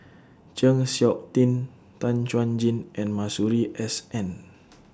Chng Seok Tin Tan Chuan Jin and Masuri S N